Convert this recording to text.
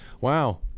Wow